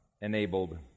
enabled